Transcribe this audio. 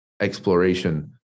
exploration